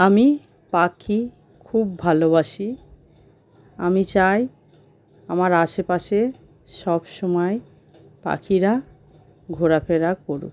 আমি পাখি খুব ভালোবাসি আমি চাই আমার আশেপাশে সব সময় পাখিরা ঘোরাফেরা করুক